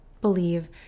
believe